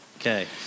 Okay